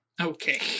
Okay